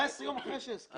14 ימים מספיקים?